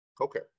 Okay